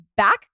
Back